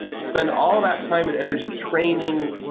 spend all that time and energy training,